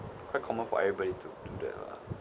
quite common for everybody to do that lah